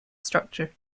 structure